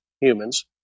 humans